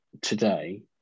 today